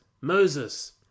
Moses